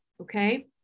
okay